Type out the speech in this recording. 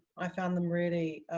i've found them really,